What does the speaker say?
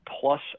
plus